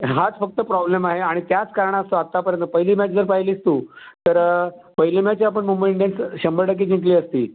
हाच फक्त प्रॉब्लेम आहे आणि त्याच कारणास्तव आत्तापर्यंत पहिली मॅच जर पाहिली आहेस तू तर पहिली मॅच आपण मुंबई इंडियन्स शंभर टक्के जिंकली असती